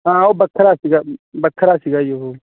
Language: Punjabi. ਹਾਂ ਉਹ ਵੱਖਰਾ ਸੀਗਾ ਵੱਖਰਾ ਸੀਗਾ ਜੀ ਉਹ